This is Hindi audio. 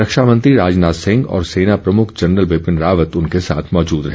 रक्षा मंत्री राजनाथ सिंह और सेना प्रमुख जनरल विपिन रावत उनके साथ मौजूद रहे